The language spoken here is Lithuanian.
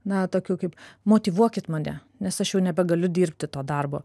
na tokių kaip motyvuokit mane nes aš jau nebegaliu dirbti to darbo